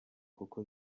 kuko